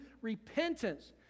repentance